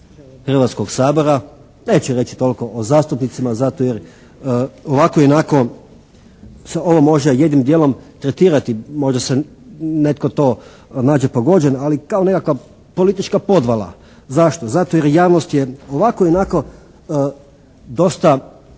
Hrvatskog sabora, neću reći toliko o zastupnicima zato jer ovako i onako se ovo može jednim djelom tretirati, možda se netko to nađe pogođen, ali kao nekakva politička podvala. Zašto? Zato jer javnost je i ovako i onako dosta